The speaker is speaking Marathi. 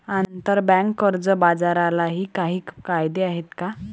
आंतरबँक कर्ज बाजारालाही काही कायदे आहेत का?